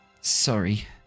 Sorry